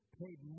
paid